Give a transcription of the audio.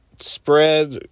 spread